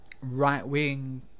right-wing